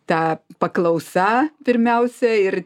ta paklausa pirmiausia ir